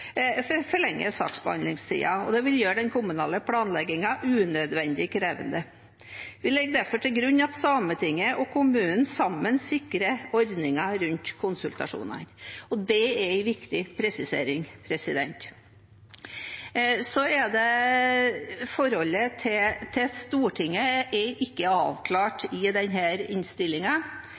og det vil gjøre den kommunale planleggingen unødvendig krevende. Vi legger derfor til grunn at Sametinget og kommunen sammen sikrer ordningen rundt konsultasjonene – det er en viktig presisering. Så er det forholdet til Stortinget; det er ikke avklart i